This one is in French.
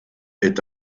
est